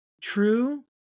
true